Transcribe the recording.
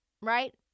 right